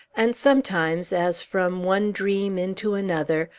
and sometimes, as from one dream into another,